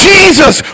Jesus